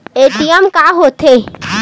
ATM का होथे?